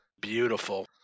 Beautiful